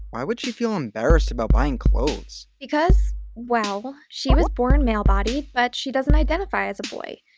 why would she feel embarrassed about buying clothes? because well, she was born male bodied, but she doesn't identify as a boy.